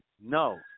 No